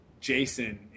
Jason